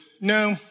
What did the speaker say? no